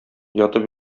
ятып